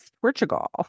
Portugal